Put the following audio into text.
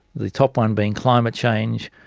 the top one being climate change,